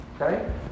Okay